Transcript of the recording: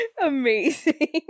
Amazing